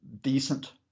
decent